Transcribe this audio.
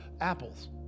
apples